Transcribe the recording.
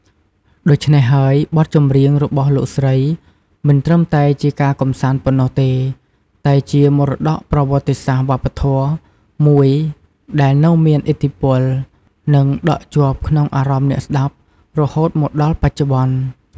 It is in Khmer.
ដូច្នេះហើយ បទចម្រៀងរបស់លោកស្រីមិនត្រឹមតែជាការកម្សាន្តប៉ុណ្ណោះទេ តែជា មរតកប្រវត្តិសាស្ត្រវប្បធម៌ មួយដែលនៅតែមានឥទ្ធិពល និងដក់ជាប់ក្នុងអារម្មណ៍អ្នកស្តាប់រហូតមកដល់បច្ចុប្បន្ន។